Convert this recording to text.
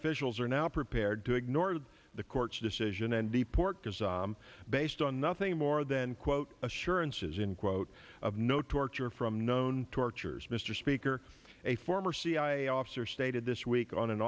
officials are now prepared to ignore the court's decision and deport because based on nothing more than quote assurances in quote of no torture from known tortures mr speaker a former cia officer stated this week on an